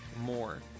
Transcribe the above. more